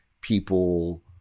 people